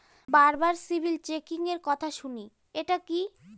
বারবার সিবিল চেকিংএর কথা শুনি এটা কি?